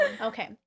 Okay